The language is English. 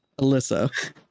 Alyssa